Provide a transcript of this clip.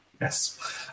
Yes